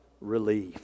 relief